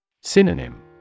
Synonym